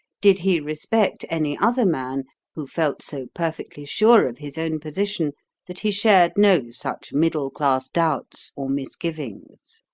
did he respect any other man who felt so perfectly sure of his own position that he shared no such middle-class doubts or misgivings.